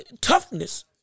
toughness